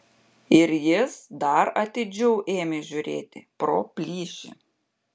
ir jis dar atidžiau ėmė žiūrėti pro plyšį